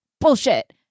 bullshit